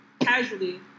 casually